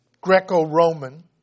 Greco-Roman